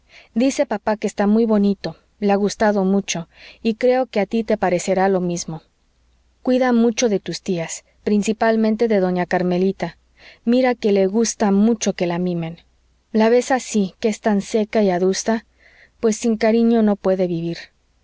dice papá que está muy bonito le ha gustado mucho y creo que a tí te parecerá lo mismo cuida mucho de tus tías principalmente de doña carmelita mira que le gusta mucho que la mimen la ves así que es tan seca y adusta pues sin cariño no puede vivir